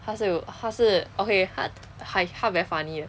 他是有他是 okay 他 hi~ 他 very funny 的